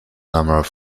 number